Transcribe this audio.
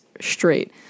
straight